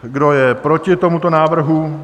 Kdo je proti tomuto návrhu?